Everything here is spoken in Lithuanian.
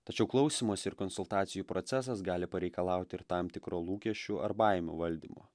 tačiau klausymosi ir konsultacijų procesas gali pareikalauti ir tam tikro lūkesčių ar baimių valdymo